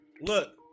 look